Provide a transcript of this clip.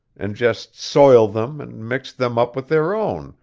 and just soil them and mix them up with their own,